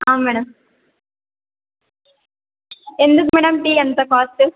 అవును మేడం ఎందుకు madam tea ఎంత కాస్ట్